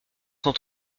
cent